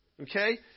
Okay